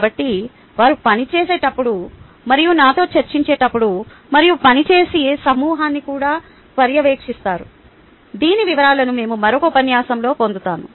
కాబట్టి వారు పనిచేసేటప్పుడు మరియు నాతో చర్చించేటప్పుడు మరియు పని చేసే సమూహాన్ని కూడా పర్యవేక్షిస్తారు దీని వివరాలను మేము మరొక ఉపన్యాసంలో పొందుతాము